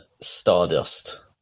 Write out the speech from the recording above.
Stardust